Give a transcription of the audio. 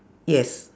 yes